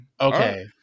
Okay